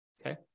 Okay